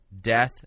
death